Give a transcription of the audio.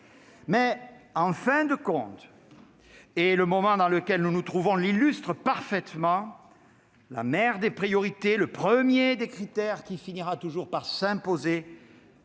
en fin de compte, et le moment dans lequel nous nous trouvons l'illustre parfaitement, la mère des priorités, le premier des critères qui finira toujours par s'imposer,